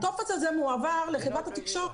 הטופס הזה מועבר לחברת התקשורת.